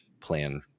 plan